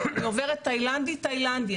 אני עוברת תאילנדי תאילנדי,